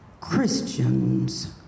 Christians